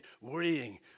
worrying